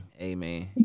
Amen